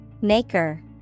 Maker